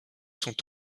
sont